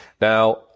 Now